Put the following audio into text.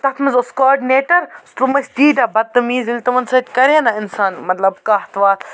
تَتھ منٛز اوس کاڈِنٮ۪ٹَر تِم ٲسۍ تیٖتیٛاہ بَدتٔمیٖز ییٚلہِ تِمَن سۭتۍ کَرِہے نا اِنسان مطلب کَتھ وَتھ